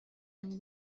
نمی